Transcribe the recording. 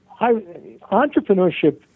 entrepreneurship